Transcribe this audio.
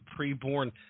preborn